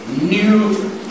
new